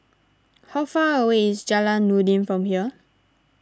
how far away is Jalan Noordin from here